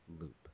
loop